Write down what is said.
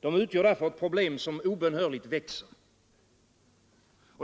De utgör därför ett problem som obönhörligt växer.